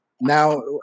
Now